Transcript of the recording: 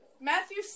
Matthew